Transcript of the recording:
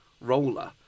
roller